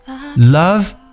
Love